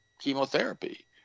chemotherapy